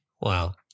Wow